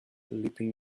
leaping